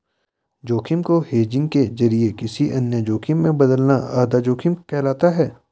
जोखिम को हेजिंग के जरिए किसी अन्य जोखिम में बदलना आधा जोखिम कहलाता है